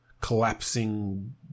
collapsing